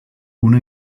una